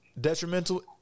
detrimental